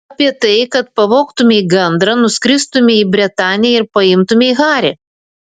apie tai kad pavogtumei gandrą nuskristumei į bretanę ir paimtumei harį